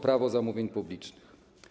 Prawo zamówień publicznych.